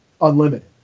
Unlimited